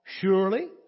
surely